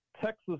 Texas